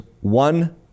one